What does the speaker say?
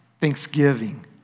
thanksgiving